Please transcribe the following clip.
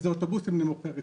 שהם אוטובוסים נמוכי רצפה.